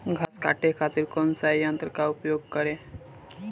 घास काटे खातिर कौन सा यंत्र का उपयोग करें?